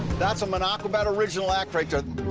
that's a min-aqua bat original act right there.